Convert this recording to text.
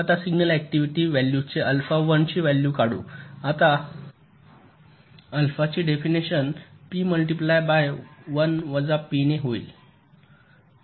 आता signal activity व्हॅल्यूजचे alpha १ ची व्हॅल्यू काढू आता अल्फाची डेफिनेशन पी मल्टिप्लाय बाय 1 वजा पी ने होईल